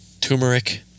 turmeric